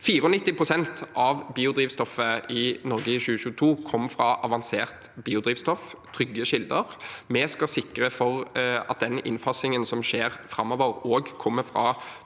pst. av biodrivstoffet i Norge i 2022 kom fra avansert biodrivstoff – trygge kilder. Vi skal sikre at den innfasingen som skal skje framover, også kommer fra